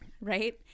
right